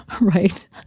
right